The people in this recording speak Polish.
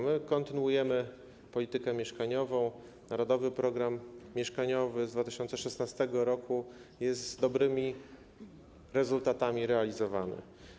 My kontynuujemy politykę mieszkaniową, Narodowy Program Mieszkaniowy z 2016 r. jest z dobrymi rezultatami realizowany.